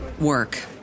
work